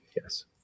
Yes